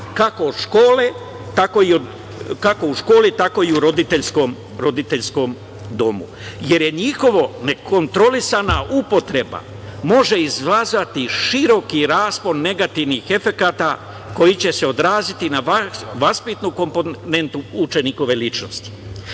kako u škole, tako i u roditeljskom domu, jer je njihova nekontrolisana upotreba može izazvati široki raspon negativnih efekata koji će se odraziti na vaspitnu komponentu učenikove ličnosti. Veoma